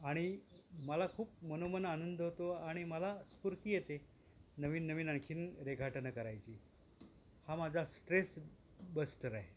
आणि मला खूप मनोमन आनंद होतो आणि मला स्फूर्ती येते नवीन नवीन आणखी रेघाटनं करायची हा माझा स्ट्रेस बस्टर आहे